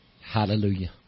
Hallelujah